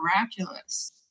miraculous